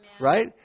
Right